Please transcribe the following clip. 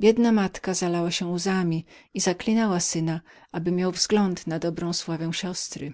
biedna matka zalała się łzami i zaklinała syna aby miał wzgląd na dobrą sławę siostry